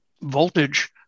voltage